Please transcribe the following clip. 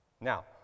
Now